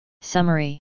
Summary